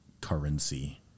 currency